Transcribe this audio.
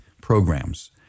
programs